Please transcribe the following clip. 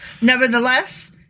Nevertheless